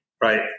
right